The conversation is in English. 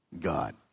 God